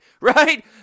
right